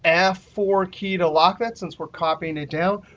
f four key to lock it since we're copying it down,